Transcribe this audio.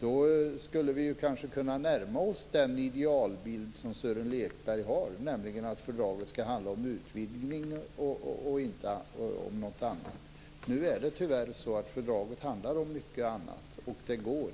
Då skulle vi kanske kunna närma oss den idealbild som Sören Lekberg har, nämligen att fördraget ska handla om utvidgning och inte om något annat. Nu är det tyvärr så att fördraget handlar om mycket annat, och det går